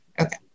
Okay